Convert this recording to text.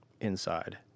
inside